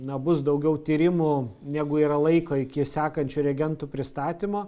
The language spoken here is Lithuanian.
na bus daugiau tyrimų negu yra laiko iki sekančio reagentų pristatymo